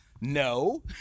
No